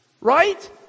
Right